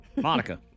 Monica